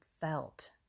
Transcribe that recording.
felt